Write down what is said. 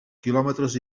quilòmetres